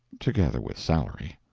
together with salary.